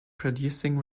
producing